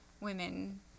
women